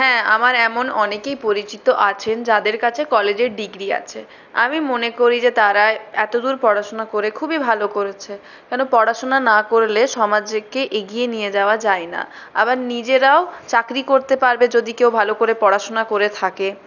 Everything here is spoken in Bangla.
হ্যাঁ আমার এমন অনেকই পরিচিত আছেন যাদের কাছে কলেজের ডিগ্রি আছে আমি মনে করি যে তারায় এতদূর পড়াশোনা করে খুবই ভালো করেছে কেন পড়াশোনা না করলে সমাজকে এগিয়ে নিয়ে যাওয়া যায় না আবার নিজেরাও চাকরি করতে পারবে যদি কেউ ভালো করে পড়াশোনা করে থাকে